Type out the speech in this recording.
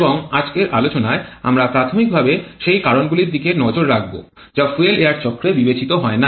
এবং আজকের আলোচনায় আমরা প্রাথমিকভাবে সেই কারণগুলির দিকে নজর রাখব যা ফুয়েল এয়ার চক্রে বিবেচিত হয় না